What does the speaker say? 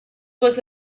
was